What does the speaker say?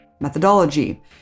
methodology